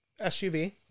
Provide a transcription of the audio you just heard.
SUV